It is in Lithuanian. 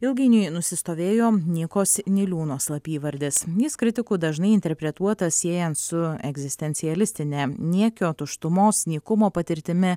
ilgainiui nusistovėjo nykos niliūno slapyvardis jis kritikų dažnai interpretuotas siejant su egzistencialistine niekio tuštumos nykumo patirtimi